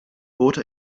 boote